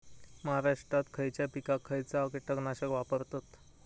महाराष्ट्रात खयच्या पिकाक खयचा कीटकनाशक वापरतत?